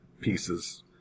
pieces